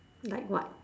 like what